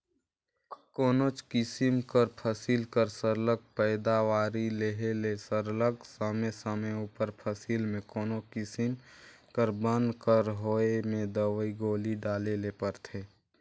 कोनोच किसिम कर फसिल कर सरलग पएदावारी लेहे ले सरलग समे समे उपर फसिल में कोनो किसिम कर बन कर होए में दवई गोली डाले ले परथे